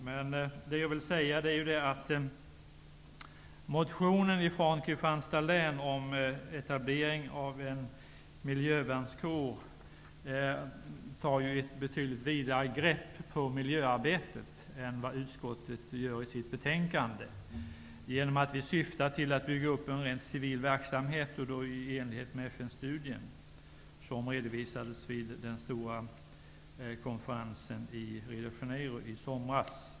Men i motionen från Kristianstads län om etablering av en miljövärnskår tas ett betydligt vidare grepp på miljöarbetet än vad utskottet gör i sitt betänkande genom att vi som skrivit motionen syftar till att bygga upp en rent civil verksamhet i enlighet med FN-studien som redovisades vid den stora konferensen i Rio de Janeiro i somras.